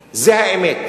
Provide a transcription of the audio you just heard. שבוע,